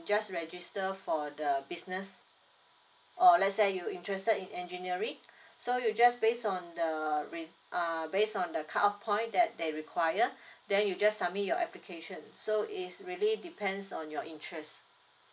just register for the business or let's say you're interested in engineering so you just based on the re~ err based on the cut off point that they required then you just submit your application so it's really depends on your interest